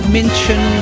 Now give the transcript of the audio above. mention